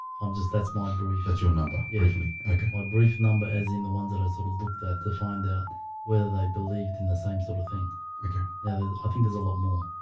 i'm just that's my brewery that's your number briefly okay my brief number as in the ones that i sort of looked at to find out whether they believed in the same sort of thing okay, now that i think there's a lot more